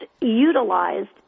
utilized